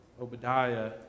Obadiah